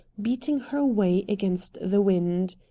beating her way against the wind.